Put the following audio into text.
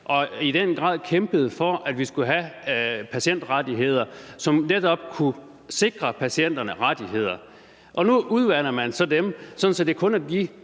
i den grad for, at vi skulle have patientrettigheder, som netop kunne sikre patienterne rettigheder. Og nu udvander man det så, så det kun er dem,